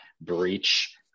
breach